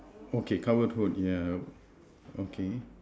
okay cover their yeah okay